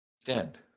Stand